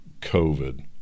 covid